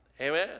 Amen